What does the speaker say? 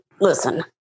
Listen